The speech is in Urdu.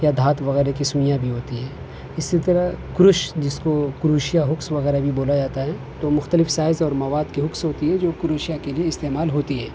یا دھات وغیرہ کی سوئیاں بھی ہوتی ہیں اسی طرح کرش جس کو کروشیا ہکس وغیرہ بھی بولا جاتا ہے تو مختلف سائز اور مواد کی ہکس ہوتی ہیں جو کروشیا کے لیے استعمال ہوتی ہے